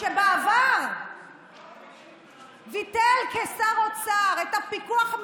שבעבר ביטל כשר אוצר את הפיקוח על